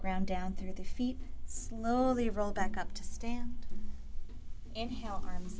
ground down through the feet slowly roll back up to stand in hell arms